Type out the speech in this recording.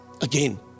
Again